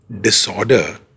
disorder